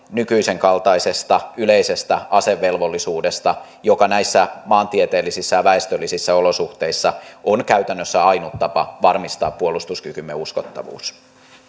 nykyisen kaltaisesta yleisestä asevelvollisuudesta joka näissä maantieteellisissä ja väestöllisissä olosuhteissa on käytännössä ainut tapa varmistaa puolustuskykymme uskottavuus totean